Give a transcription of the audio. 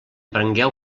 prengueu